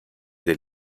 del